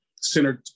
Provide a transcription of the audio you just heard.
centered